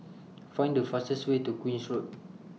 Find The fastest Way to Queen's Road